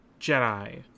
Jedi